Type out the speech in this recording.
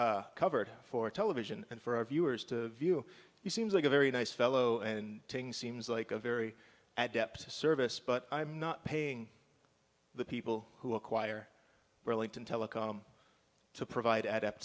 had covered for television and for our viewers to view he seems like a very nice fellow and seems like a very adept service but i'm not paying the people who acquire burlington telecom to provide add up